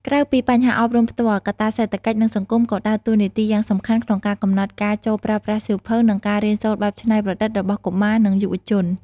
ក្រៅពីបញ្ហាអប់រំផ្ទាល់ កត្តាសេដ្ឋកិច្ច និងសង្គម ក៏ដើរតួនាទីយ៉ាងសំខាន់ក្នុងការកំណត់ការចូលប្រើប្រាស់សៀវភៅ និងការរៀនសូត្របែបច្នៃប្រឌិតរបស់កុមារ និងយុវជន។